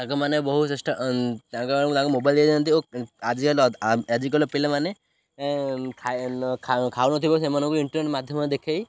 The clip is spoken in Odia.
ତାଙ୍କ ମାନେ ବହୁତ ଚେଷ୍ଟା ତାଙ୍କ ମୋବାଇଲ ଦେଇଯାଆନ୍ତି ଓ ଆଜିକାଲି ପିଲାମାନେ ଖାଉନଥିବ ସେମାନଙ୍କୁ ଇଣ୍ଟରନେଟ୍ ମାଧ୍ୟମରେ ଦେଖାଇ